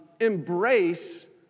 embrace